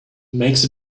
makes